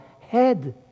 head